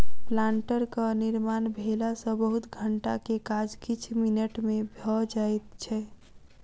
प्लांटरक निर्माण भेला सॅ बहुत घंटा के काज किछ मिनट मे भ जाइत छै